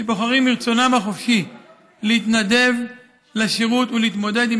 שבוחרים מרצונם החופשי להתנדב לשירות ולהתמודד עם